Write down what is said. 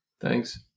thanks